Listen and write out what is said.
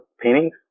paintings